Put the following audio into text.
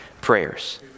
prayers